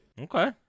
Okay